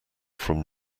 from